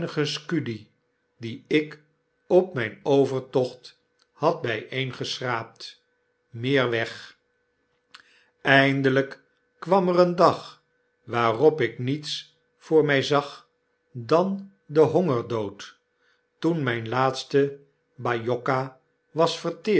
die ik op myn overtocht had byeengeschraapt meer weg eindelyk kwam er een dag waarop ik niets voor my zag dan den hongerdood toen myn laatste bajocca was